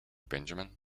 benjamin